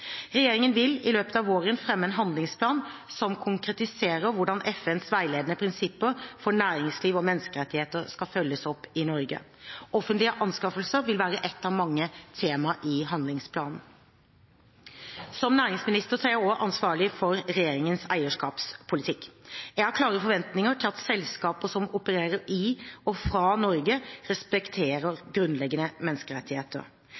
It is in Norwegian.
Regjeringen vil i løpet av våren fremme en handlingsplan som konkretiserer hvordan FNs veiledende prinsipper for næringsliv og menneskerettigheter skal følges opp i Norge. Offentlige anskaffelser vil være ett av mange tema i handlingsplanen. Som næringsminister er jeg også ansvarlig for regjeringens eierskapspolitikk. Jeg har klare forventninger til at selskaper som opererer i og fra Norge, respekterer grunnleggende menneskerettigheter.